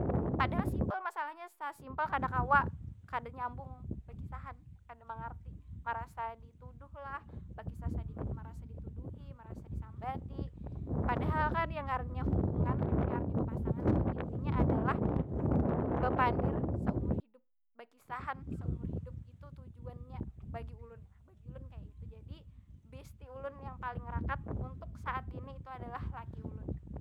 Padahal simple masalahnya, sasimple kada kawa, kada nyambung bakisahan. Kada mangarti, merasa dituduhlah, bakisah sadikit merasa dituduhi, marasa disambati. Padahal kan yang ngarannya hubungan, ngarannya bapasangan tu intinya adalah bepandir saumur hidup, bakisahan saumur hidup. Itu tujuannya bagi ulun, bagi ulun kaya itu. Jadi besti ulun paling rakat untuk saat ini adalah laki ulun.